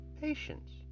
patience